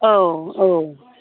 औ औ